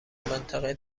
منطقه